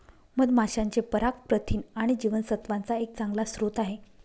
मधमाशांचे पराग प्रथिन आणि जीवनसत्त्वांचा एक चांगला स्रोत आहे